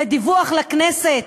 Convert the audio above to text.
ודיווח לכנסת,